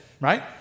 right